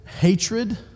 Hatred